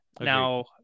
now